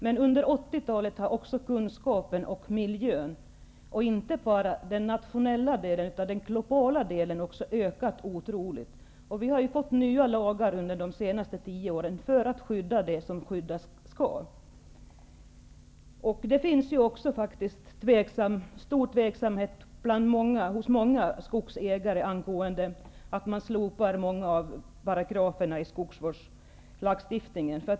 Men under 80-talet har kunskapen om miljö, inte bara nationellt utan också globalt, ökat otroligt. Vi har fått nya lagar under de senaste tio åren för att skydda det som skyddas skall. Det finns faktiskt stor tveksamhet hos många skogsägare inför det faktum att man slopar många av paragraferna i skogsvårdslagstiftningen.